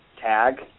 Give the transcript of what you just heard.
tag